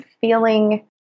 feeling